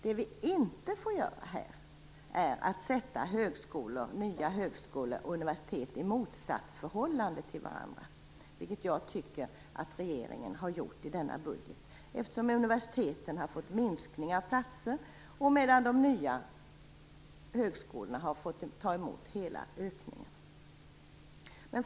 Det vi inte får göra är att sätta nya högskolor och universitet i motsatsförhållande till varandra, vilket jag tycker att regeringen har gjort i denna budget. Universiteten har fått en minskning av platser, medan de nya högskolorna har fått ta emot hela ökningen.